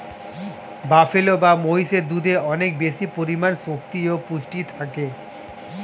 buffalo বা মহিষের দুধে অনেক বেশি পরিমাণে শক্তি ও পুষ্টি থাকে